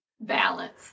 Balance